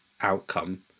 outcome